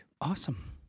Awesome